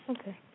Okay